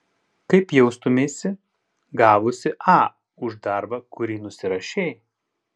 kaip jaustumeisi gavusi a už darbą kurį nusirašei